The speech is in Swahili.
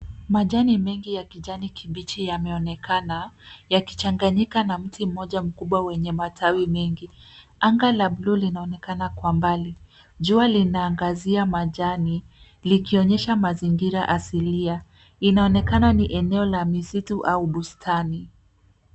Majani mengi ya kijani kibichi yameonekana yakichanganyika na mti mmoja mkubwa wenye matawi mengi. Anga la blue linaonekana kwa mbali. Jua linaangazia majani likionyesha mazingira asilia. Inaonekana ni eneo la misitu au bustani.